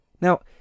Now